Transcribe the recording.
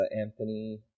Anthony